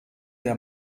der